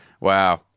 wow